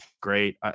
great